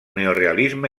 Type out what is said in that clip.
neorealisme